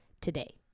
today